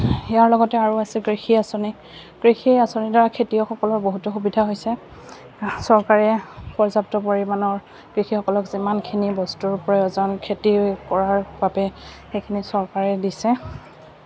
ইয়াৰ লগতে আৰু আছে কৃষি আঁচনি কৃষি আঁচনিৰদ্বাৰা খেতিয়কসকলৰ বহুতো সুবিধা হৈছে চৰকাৰে পৰ্যাপ্ত পৰিমাণৰ কৃষকসকলক যিমানখিনি বস্তুৰ প্ৰয়োজন খেতি কৰাৰ বাবে সেইখিনি চৰকাৰে দিছে